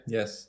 Yes